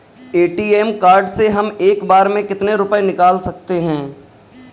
ATM card से हम एक बार में कितने रुपये निकाल सकते हैं?